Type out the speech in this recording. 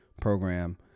program